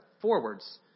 forwards